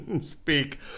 speak